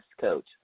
Coach